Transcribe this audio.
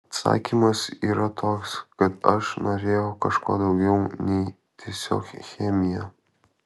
atsakymas yra toks kad aš norėjau kažko daugiau nei tiesiog chemija